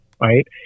Right